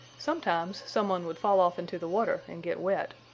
sometimes someone would fall off into the water and get wet,